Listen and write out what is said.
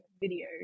video